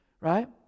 right